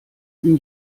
ihn